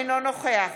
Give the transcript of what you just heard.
אינו נוכח